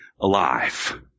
alive